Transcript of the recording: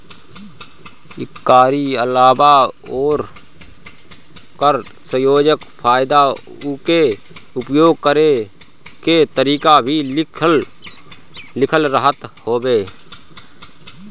एकरी अलावा ओकर संयोजन, फायदा उके उपयोग करे के तरीका भी लिखल रहत हवे